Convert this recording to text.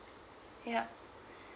yup